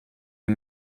les